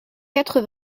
quatre